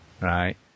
right